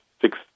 six